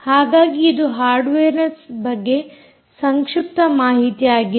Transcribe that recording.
ಹಾಗಾಗಿ ಇದು ಹಾರ್ಡ್ವೇರ್ನ ಬಗ್ಗೆ ಸಂಕ್ಷಿಪ್ತ ಮಾಹಿತಿಯಾಗಿದೆ